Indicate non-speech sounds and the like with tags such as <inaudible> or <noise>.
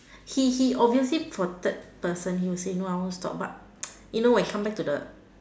he he obviously for third person he will say no I won't stop but <noise> you know when come back to the